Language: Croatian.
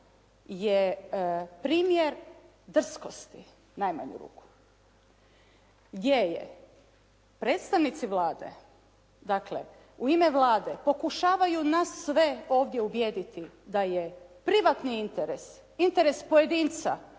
je primjer drskosti u najmanju ruku. Gdje je, predstavnici Vlade, dakle u ime Vlade pokušavaju nas sve ovdje ubijediti da je privatni interes, interes pojedinca,